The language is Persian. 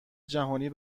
جهانی